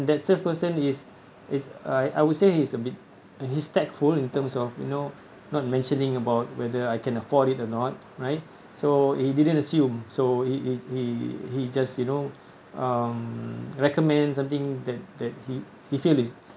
that salesperson is is I I would say he's a bit uh he's tactful in terms of you know not mentioning about whether I can afford it or not right so he didn't assume so if he he he just you know um recommend something that that he he feel is